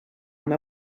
and